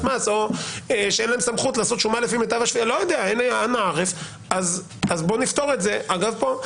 מס או שאין להם סמכות לעשות שומה אז בואו נפתור את זה כאן